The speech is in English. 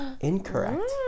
incorrect